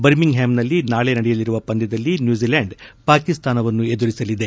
ಬರ್ಮಿಂಗ್ಹ್ಯಾಮ್ನಲ್ಲಿ ನಾಳೆ ನಡೆಯಲಿರುವ ಪಂದ್ಯದಲ್ಲಿ ನ್ಯೂಜಿಲ್ಯಾಂಡ್ ಪಾಕಿಸ್ತಾನವನ್ನು ಎದುರಿಸಲಿದೆ